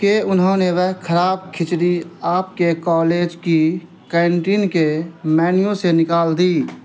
کہ انہوں نے وہ خراب کھچڑی آپ کے کالج کی کینٹین کے مینیو سے نکال دی